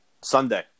Sunday